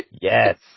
Yes